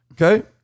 Okay